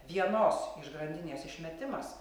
vienos grandinės išmetimas